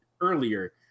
earlier